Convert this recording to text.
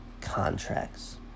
contracts